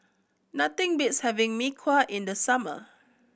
nothing beats having Mee Kuah in the summer